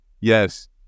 Yes